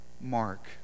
mark